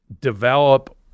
develop